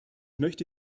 möchte